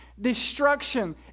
destruction